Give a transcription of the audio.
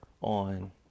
on